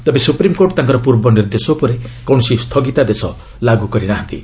ତେବେ ସୁପ୍ରିମ୍କୋର୍ଟ ତାଙ୍କର ପୂର୍ବ ନିର୍ଦ୍ଦେଶ ଉପରେ କୌଣସି ସ୍ଥଗିତାଦେଶ ଲାଗୁ କରିନାହାନ୍ତି